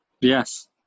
Yes